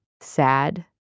sad